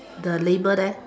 the label there